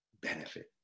benefit